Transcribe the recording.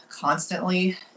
constantly